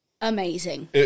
amazing